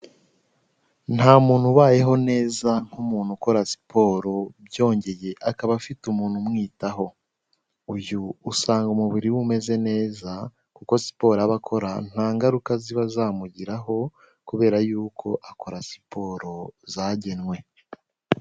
Nta muntu ubayeho neza nk'umuntu ukora siporo, byongeye akaba afite umuntu umwitaho, uyu usanga umubiri we umeze neza kuko siporo aba akora nta ngaruka ziba zamugiraho kubera yuko akora siporo zagenwe.